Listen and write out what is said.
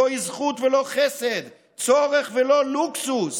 זוהי זכות ולא חסד, צורך ולא לוקסוס.